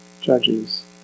judges